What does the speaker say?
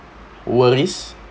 worries